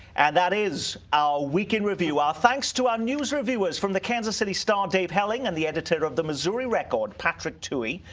and that is our week in review. our thanks to our news reviewers. from the kansas city star, dave helling, and the editor of the missouri record, patrick tuohey.